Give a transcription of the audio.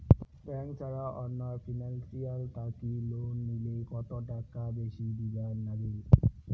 Bank ছাড়া অন্য financial থাকি লোন নিলে কতটাকা বেশি দিবার নাগে?